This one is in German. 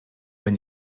wenn